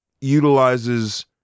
utilizes